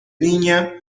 niña